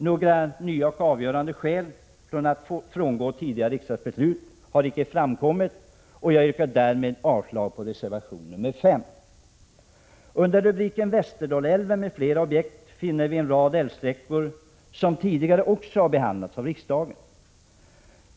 Några nya och avgörande skäl för att frångå tidigare riksdagsbeslut har icke framkommit. Jag yrkar därmed avslag på reservation 5. Under rubriken Västerdalälven m.fl. projekt talas om en rad älvsträckor som tidigare behandlats av riksdagen.